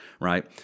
right